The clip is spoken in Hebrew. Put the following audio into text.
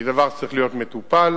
דבר שצריך להיות מטופל.